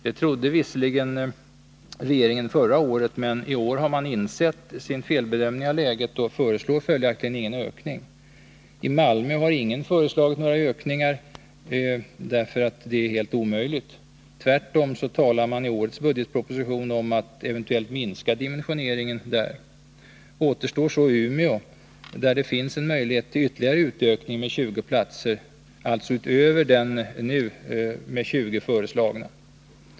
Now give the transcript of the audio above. Det trodde visserligen regeringen förra året, men i år har man insett sin felbedömning av läget och föreslår följaktligen ingen ökning. I Malmö har ingen föreslagit ökningar, därför att det är helt omöjligt. Tvärtom talar årets budgetproposition om att ev. minska dimensioneringen där. Återstår så Umeå, där det finns en möjlighet till ytterligare utökning med 20 platser, alltså utöver den nu med 20 föreslagna.